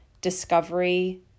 discovery